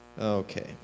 Okay